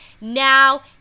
Now